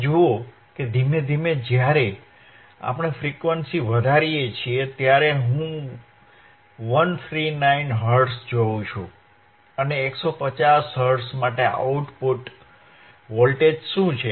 તમે જુઓ કે ધીમે ધીમે જ્યારે આપણે ફ્રીક્વન્સી વધારીએ છીએ ત્યારે હું 139 હર્ટ્ઝ જોઉં છું અને 150 હર્ટ્ઝ માટે આઉટપુટ વોલ્ટેજ શું છે